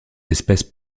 espèce